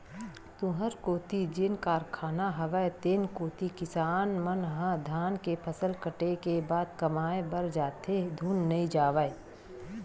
तुँहर कोती जेन कारखाना हवय तेन कोती किसान मन ह धान के फसल कटे के बाद कमाए बर जाथे धुन नइ जावय?